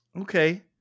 Okay